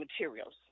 materials